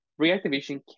reactivation